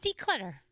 declutter